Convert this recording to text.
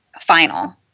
final